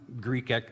Greek